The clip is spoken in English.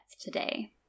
today